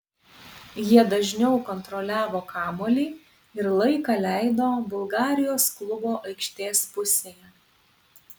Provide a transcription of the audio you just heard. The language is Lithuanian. jie dažniau kontroliavo kamuolį ir laiką leido bulgarijos klubo aikštės pusėje